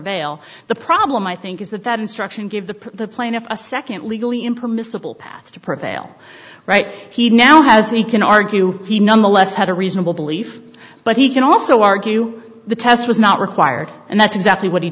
prevail the problem i think is that that instruction give the plaintiff a second legally impermissible path to prevail right he now has we can argue he nonetheless had a reasonable belief but he can also argue the test was not required and that's exactly what he